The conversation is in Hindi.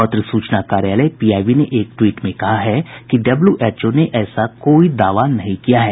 पत्र सूचना कार्यालय पीआईबी ने एक ट्वीट में कहा है कि डब्ल्यूएचओ ने ऐसा कोई दावा नहीं किया है